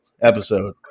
episode